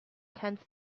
tenth